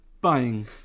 buying